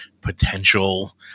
potential